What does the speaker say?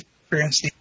experience